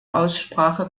aussprache